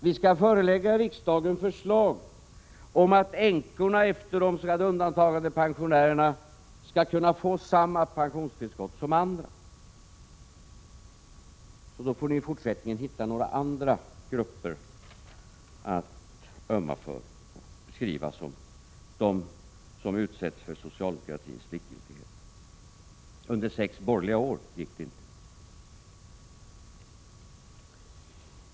Vi skall förelägga riksdagen förslag om att änkorna efter de s.k. undantagandepen sionärerna skall kunna få samma pensionstillskott som andra. Då får ni i — Prot. 1986/87:48 fortsättningen hitta några andra grupper att ömma för och beskriva som dem 12 december 1986 som utsätts för socialdemokratins likgiltighet. Under sex år gjorde ni ingenting åt den här saken.